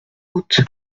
haute